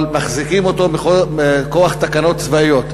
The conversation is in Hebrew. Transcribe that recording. אבל מחזיקים אותו מכוח תקנות צבאיות.